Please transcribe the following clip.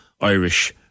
Irish